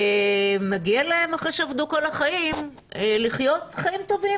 ומגיע להם אחרי שעבדו כל החיים, לחיות חיים טובים.